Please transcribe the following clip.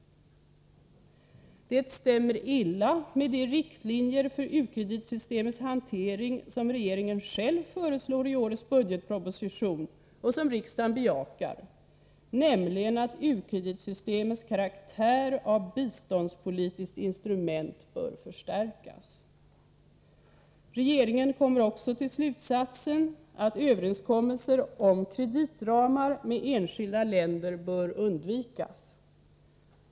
Det stämmer illa med de riktlinjer för u-kreditsystemets hantering som regeringen själv föreslår i årets budgetproposition och som riksdagen bejakar, nämligen att u-kreditsystemets karaktär av biståndspolitiskt instrument bör förstärkas. Regeringen kommer också till slutsatsen att överenskommelser om kreditramar med enskilda länder bör undvikas.